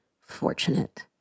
fortunate